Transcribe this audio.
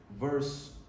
Verse